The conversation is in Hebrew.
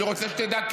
זה סוד?